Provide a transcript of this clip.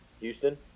Houston